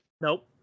Nope